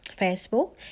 facebook